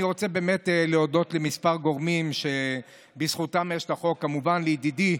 אני רוצה להודות לכמה גורמים שבזכותם יש את החוק: כמובן לידידי,